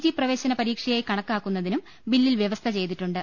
G പ്രവേശന പരീക്ഷയായി കണക്കാക്കുന്നതിനും ബില്ലിൽ വ്യവസ്ഥ ചെയ്തിട്ടുണ്ട്